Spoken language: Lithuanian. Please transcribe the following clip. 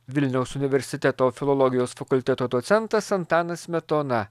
vilniaus universiteto filologijos fakulteto docentas antanas smetona